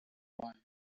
one